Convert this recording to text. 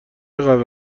قهوه